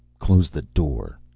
close the door!